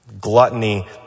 Gluttony